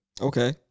okay